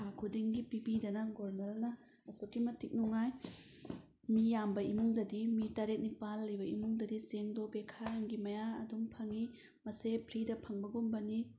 ꯊꯥ ꯈꯨꯗꯤꯡꯒꯤ ꯄꯤꯕꯤꯗꯅ ꯒꯣꯔꯃꯦꯟꯅ ꯑꯁꯨꯛꯀꯤ ꯃꯇꯤꯛ ꯅꯨꯡꯉꯥꯏ ꯃꯤ ꯌꯥꯝꯕ ꯏꯃꯨꯡꯗꯗꯤ ꯃꯤ ꯇꯔꯦꯠ ꯅꯤꯄꯥꯜ ꯂꯩꯕ ꯏꯃꯨꯡꯗꯗꯤ ꯆꯦꯡꯗꯣ ꯕꯦꯛꯈꯥꯏ ꯑꯃꯒꯤ ꯃꯌꯥ ꯑꯗꯨꯝ ꯐꯪꯉꯤ ꯃꯁꯦ ꯐ꯭ꯔꯤꯗ ꯐꯪꯕꯒꯨꯝꯕꯅꯤ